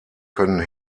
können